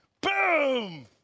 Boom